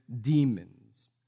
demons